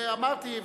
ואמרתי,